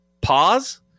pause